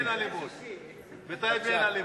איציק, איציק, בטייבה אין אלימות.